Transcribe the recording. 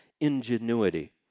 ingenuity